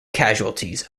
casualties